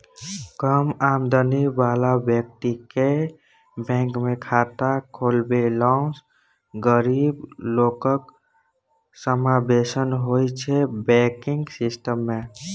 कम आमदनी बला बेकतीकेँ बैंकमे खाता खोलबेलासँ गरीब लोकक समाबेशन होइ छै बैंकिंग सिस्टम मे